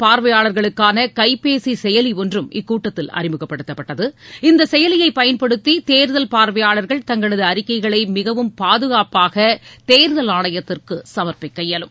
பார்வையாளர்களுக்கானகைபேசிசெயலிஒன்றும் இக்கூட்டத்தில் தேர்தல் அறிமுகப்படுத்தப்பட்டது இந்தசெயலியைப் பயன்படுத்திதேர்தல் பார்வையாளர்கள் தங்களதுஅறிக்கைகளைமிகவும் பாதுகாப்பாகதேர்தல் ஆணையத்திற்குசமர்ப்பிக்க இயலும்